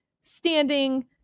standing